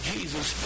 Jesus